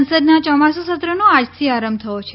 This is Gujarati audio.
સંસદના ચોમાસુ સત્રનો આજથી આરંભ થયો છે